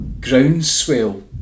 groundswell